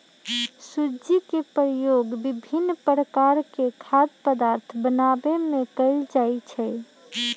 सूज्ज़ी के प्रयोग विभिन्न प्रकार के खाद्य पदार्थ बनाबे में कयल जाइ छै